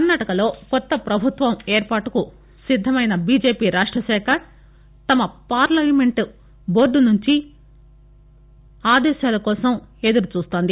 కర్ణాటకలో కొత్త పభుత్వ ఏర్పాటుకు సిద్దమైన బీజేపీ రాష్టశాఖ తమ పార్లమెంటరీ బోర్డు నుంచి ఆదేశాల కోసం ఎదురుచూస్తోంది